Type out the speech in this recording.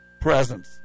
presence